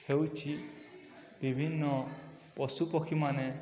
ହେଉଛି ବିଭିନ୍ନ ପଶୁ ପକ୍ଷୀମାନେ